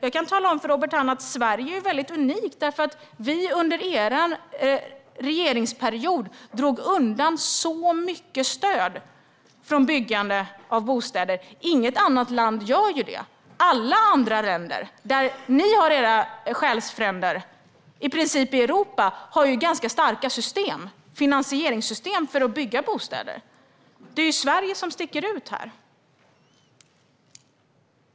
Jag kan tala om för Robert Hannah att Sverige är väldigt unikt, eftersom vi under er regeringsperiod drog undan så mycket stöd från byggande av bostäder. Inget annat land har gjort det. I princip alla andra länder i Europa, där ni har era själsfränder, har ganska starka finansieringssystem för att bygga bostäder. Det är Sverige som sticker ut här.